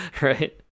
Right